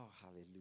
hallelujah